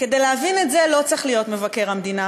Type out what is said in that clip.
כדי להבין את זה לא צריך להיות מבקר המדינה,